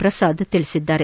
ಪ್ರಸಾದ್ ತಿಳಿಸಿದ್ದಾರೆ